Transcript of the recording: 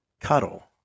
cuddle